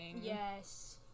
Yes